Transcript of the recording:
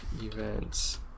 events